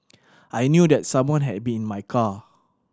I knew that someone had been in my car